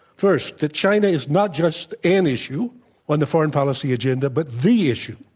first, that china is not just an issue on the foreign policy agenda, but the issue